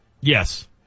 Yes